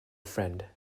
friend